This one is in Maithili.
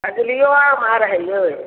फजलीओ आम आर हइ यै